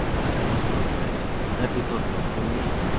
but i must confess that did not work for me.